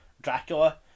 Dracula